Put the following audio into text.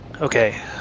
Okay